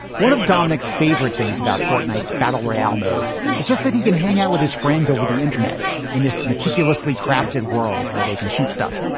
one of dominick's favorite things about fortnights battle royale mode is just that he can hang out with his friends over the internet. in this meticulously crafted world where they can shoot stuff,